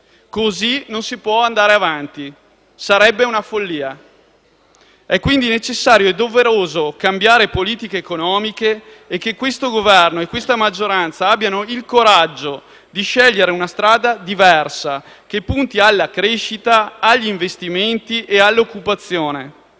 Così non si può andare avanti, sarebbe una follia. È quindi necessario e doveroso cambiare politiche economiche e che questo Governo e questa maggioranza abbiano il coraggio di scegliere una strada diversa, che punti alla crescita, agli investimenti e all'occupazione.